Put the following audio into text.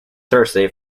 thursday